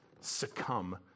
succumb